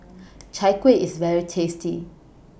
Chai Kuih IS very tasty